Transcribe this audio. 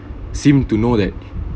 seem to know that